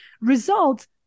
results